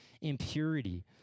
impurity